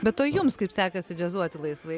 bet o jums kaip sekasi džiazuoti laisvai